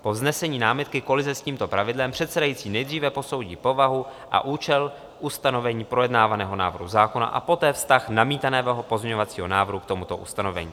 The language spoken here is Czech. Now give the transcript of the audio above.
Po vznesení námitky kolize s tímto pravidlem předsedající nejdříve posoudí povahu a účel ustanovení projednávaného návrhu zákona a poté vztah namítaného pozměňovacího návrhu k tomuto ustanovení.